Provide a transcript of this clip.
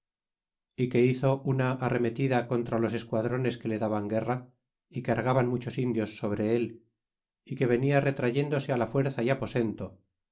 y que hizo una arremetida contra los esquadrones que lo daban guerra y cargaban muchos indios sobre él é que venia retrayendose la fuerza y aposento